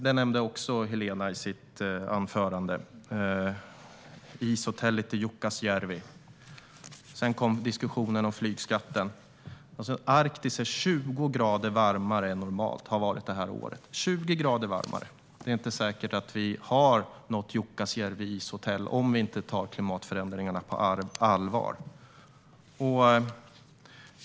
Helena Lindahl nämnde den och även ishotellet i Jukkasjärvi i sitt anförande. Sedan kom diskussionen om flygskatten. Arktis har varit 20 grader varmare än normalt i år. Det är inte säkert att vi kommer att ha något ishotell i Jukkasjärvi om vi inte tar klimatförändringarna på allvar.